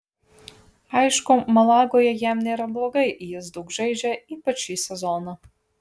aišku malagoje jam nėra blogai jis daug žaidžia ypač šį sezoną